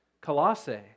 Colossae